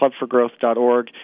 clubforgrowth.org